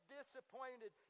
disappointed